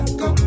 go